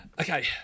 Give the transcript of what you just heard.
Okay